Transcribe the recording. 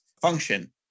function